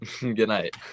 Goodnight